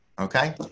Okay